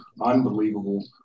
Unbelievable